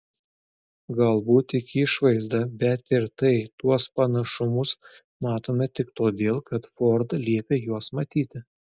galbūt tik išvaizdą bet ir tai tuos panašumus matome tik todėl kad ford liepė juos matyti